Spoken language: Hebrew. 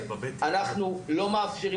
אנחנו גם לא מאפשרים